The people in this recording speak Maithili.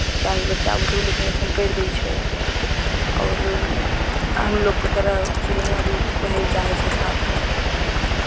चाही बच्चा बुतरू लेकिन अइसन करि दै छै आओर हम लोगके तरह चिड़ैयाँ भी रहय लेल चाहै छै साथमे